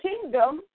kingdom